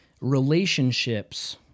relationships